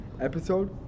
episode